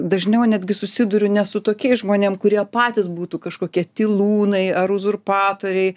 dažniau netgi susiduriu ne su tokiais žmonėm kurie patys būtų kažkokie tylūnai ar uzurpatoriai